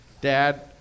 Dad